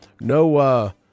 no